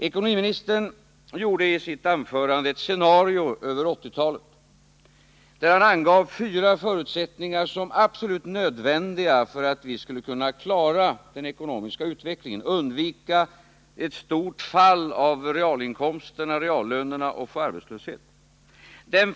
Ekonomiministern gjorde i sitt anförande ett scenario över 1980-talet, där han angav fyra förutsättningar som absolut nödvändiga för att vi skulle kunna klara den ekonomiska utvecklingen, undvika ett stort fall i reallönerna och undvika arbetslöshet.